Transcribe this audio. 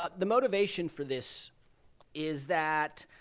ah the motivation for this is that